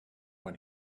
when